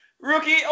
rookie